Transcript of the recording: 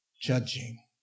judging